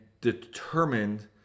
determined